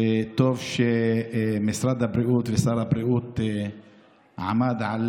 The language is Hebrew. וטוב שמשרד הבריאות ושר הבריאות עמדו על